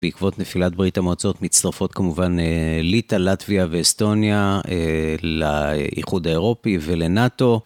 בעקבות נפילת ברית המועצות מצטרפות כמובן ליטא, לטביה ואסטוניה לאיחוד האירופי ולנאט"ו.